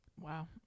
wow